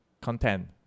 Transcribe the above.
content